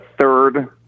third